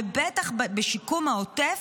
ובטח בשיקום העוטף,